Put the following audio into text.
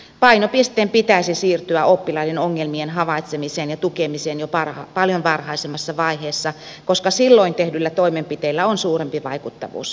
painopisteen pitäisi siirtyä oppilaiden ongelmien havaitsemiseen ja tukemiseen jo paljon varhaisemmassa vaiheessa koska silloin tehdyillä toimenpiteillä on suurempi vaikuttavuus